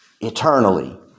eternally